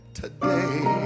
today